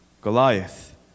Goliath